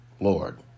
Lord